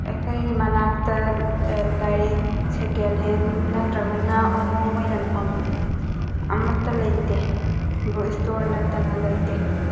ꯑꯩꯈꯣꯏꯒꯤ ꯃꯅꯥꯛꯇ ꯂꯥꯏꯔꯤꯛ ꯁꯦꯀꯦꯜꯍꯦꯟ ꯅꯠꯇ꯭ꯔꯒꯅ ꯑꯍꯣꯡꯕ ꯌꯣꯟꯐꯝ ꯑꯃꯠꯇ ꯂꯩꯇꯦ ꯕꯨꯛ ꯁ꯭ꯇꯣꯔ ꯅꯠꯇꯅ ꯂꯩꯇꯦ